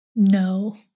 No